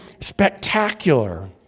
spectacular